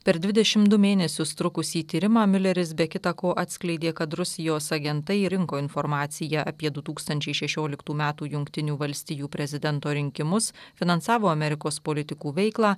per dvidešimt du mėnesius trukusį tyrimą miuleris be kita ko atskleidė kad rusijos agentai rinko informaciją apie du tūkstančiai šešioliktų metų jungtinių valstijų prezidento rinkimus finansavo amerikos politikų veiklą